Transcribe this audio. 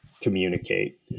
communicate